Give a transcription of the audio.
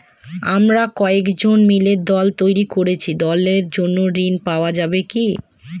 আমরা কয়েকজন মিলে দল তৈরি করেছি দলের জন্য ঋণ পাওয়া যাবে কি?